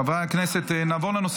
חוקה.